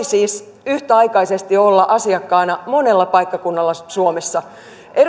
siis yhtäaikaisesti olla asiakkaana monella paikkakunnalla suomessa